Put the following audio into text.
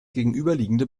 gegenüberliegende